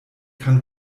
kann